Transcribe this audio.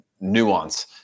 nuance